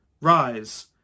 Rise